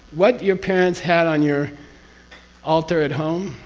what your parents had on your altar at home,